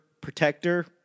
protector